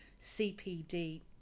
CPD